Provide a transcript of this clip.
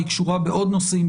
היא קשורה בעוד נושאים,